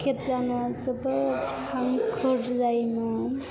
खेबजाना जोबोद हांखुर जायोमोन